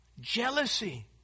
Jealousy